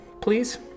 please